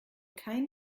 kein